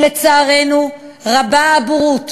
כי, לצערנו, רבה הבורות,